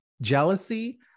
jealousy